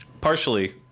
Partially